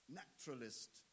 naturalist